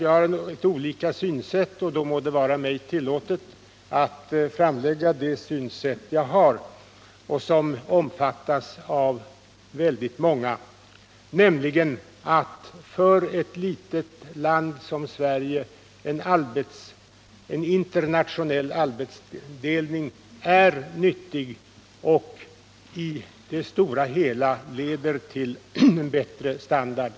Vi har olika synsätt, och det må vara mig tillåtet att framlägga det synsätt jag har och som omfattas av väldigt många, nämligen att för ett litet land som Sverige en internationell arbetsdelning är nyttig och i det stora hela leder till en bättre levnadsstandard.